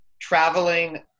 traveling